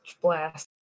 Blast